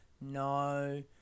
No